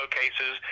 cases